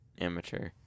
Amateur